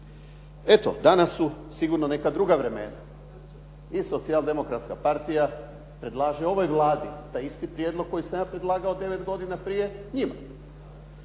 Eto, danas su sigurno neka druga vremena. I Socijaldemokratska partija predlaže ovoj Vladi taj isti prijedlog koji sam ja predlagao devet godina prije njima.